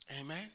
Amen